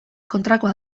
kontrakoa